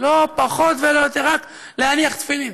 לא פחות ולא יותר, רק להניח תפילין,